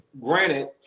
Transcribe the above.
granted